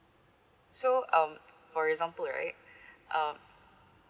so um for example right um